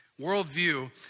Worldview